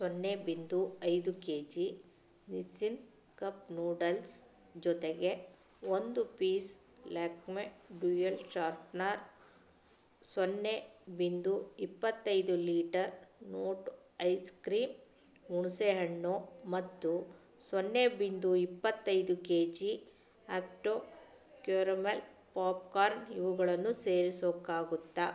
ಸೊನ್ನೆ ಬಿಂದು ಐದು ಕೆಜಿ ನಿಸ್ಸಿನ್ ಕಪ್ ನೂಡಲ್ಸ್ ಜೊತೆಗೆ ಒಂದು ಪೀಸ್ ಲ್ಯಾಕ್ಮೆ ಡ್ಯುಯಲ್ ಶಾರ್ಪ್ನರ್ ಸೊನ್ನೆ ಬಿಂದು ಇಪ್ಪತ್ತೈದು ಲೀಟರ್ ನೋಟ್ ಐಸ್ ಕ್ರೀಮ್ ಹುಣಸೆ ಹಣ್ಣು ಮತ್ತು ಸೊನ್ನೆ ಬಿಂದು ಇಪ್ಪತ್ತೈದು ಕೆಜಿ ಆಕ್ಟೊ ಕ್ಯೂರೋಮಲ್ ಪಾಪ್ಕಾರ್ನ್ ಇವುಗಳನ್ನು ಸೇರಿಸೋಕ್ಕಾಗುತ್ತಾ